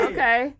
Okay